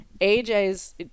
AJ's